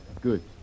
Good